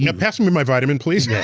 you know pass and me my vitamin, please.